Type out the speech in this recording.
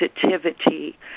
sensitivity